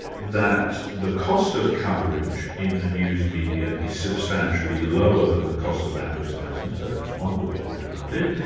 that the cost of coverage in the news media is substantially lower than the cost of advertising, so that's one good point about it.